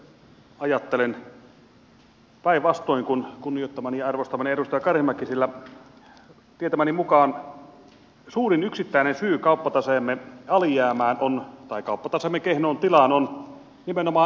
itse ajattelen päinvastoin kuin kunnioittamani ja arvostamani edustaja karimäki sillä tietämäni mukaan suurin yksittäinen syy kauppataseemme kehnoon tilaan on nimenomaan energian tuonti